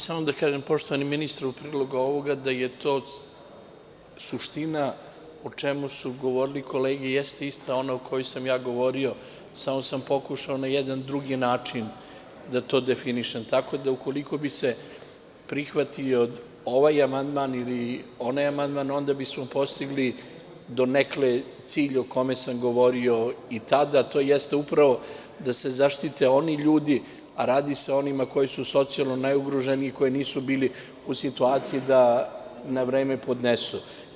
Samo da kažem poštovanom ministru u prilog ovoga da je to suština o čemu su govorili kolege jeste ista ona o kojoj sam ja govorio, samo sam pokušao na jedan drugi način da to definišem, tako da ukoliko bi se prihvatio ovaj amandman ili onaj amandman, onda bismo postigli donekle cilj o kome sam govorio i tada, a to jeste upravo da se zaštite oni ljudi, a radi se o onima koji su socijalno najugroženiji i koji nisu bili u situaciji da na vreme podnesu.